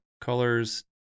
colors